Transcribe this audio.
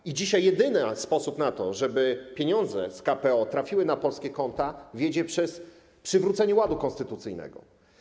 I dzisiaj jedyny sposób na to, żeby pieniądze z KPO trafiły na polskie konta, wiedzie przez przywrócenie ładu konstytucyjnego.